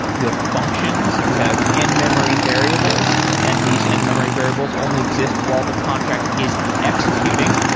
you have functions. you have in-memory variables, and these in-memory variables only exist while the contract is executing.